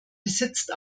besitzt